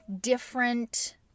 different